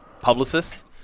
publicists